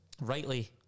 Rightly